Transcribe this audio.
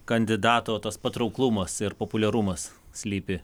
kandidato tas patrauklumas ir populiarumas slypi